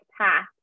path